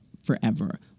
forever